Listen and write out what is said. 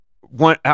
one